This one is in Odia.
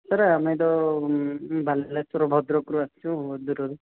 ସାର୍ ଆମେତ ବାଲେଶ୍ୱର ଭଦ୍ରକରୁ ଆସିଛୁ ବହୁତ ଦୂରରୁ